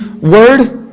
word